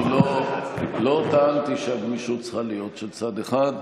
לא טענתי שהגמישות צריכה להיות של צד אחד.